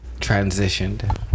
transitioned